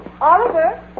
Oliver